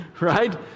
right